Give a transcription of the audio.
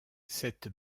cette